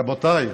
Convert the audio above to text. רבותיי,